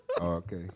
okay